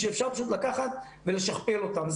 שאפשר פשוט לקחת ולשכפל אותם.